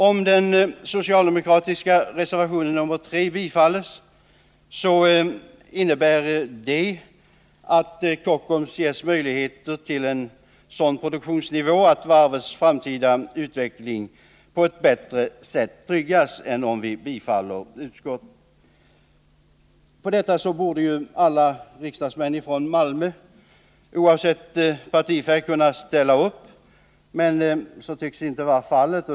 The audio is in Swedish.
Om den socialdemokratiska reservationen nr 3 bifalls, innebär det att Kockums ges möjligheter till en sådan produktionsnivå att varvets framtida utveckling på ett bättre sätt tryggas än om det förslag som framförs av utskottet bifalls. På detta borde alla riksdagsmän från Malmö, oavsett partifärg, kunna ställa upp. Men så tycks inte vara fallet.